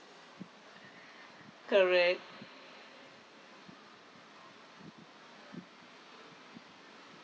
correct